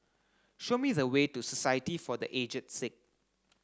show me the way to Society for the Aged Sick